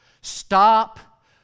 Stop